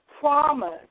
promise